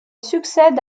succède